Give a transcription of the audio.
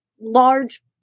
large